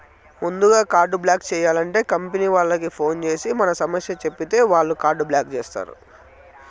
ముందుగా card block చేయాలంటే company వాళ్లకి ఫోన్ చేసి మన సమస్య చెప్పితే వాళ్లే కార్డు బ్లాక్ చేస్తారు